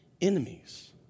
enemies